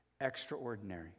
extraordinary